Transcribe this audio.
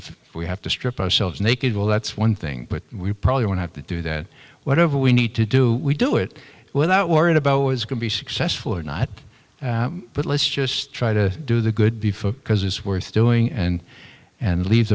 if we have to strip ourselves naked well that's one thing but we probably won't have to do that whatever we need to do we do it without worrying about was going to be successful or not but let's just try to do the good before because it's worth doing and and leave